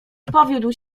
powiódł